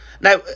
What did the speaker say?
Now